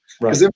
Right